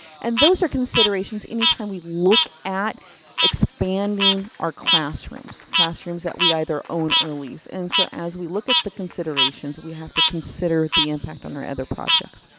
and those are considerations any time we look at expanding our classrooms, classrooms that we either own or lease. and so as we look at the considerations we have to consider the impact on our other projects.